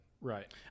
Right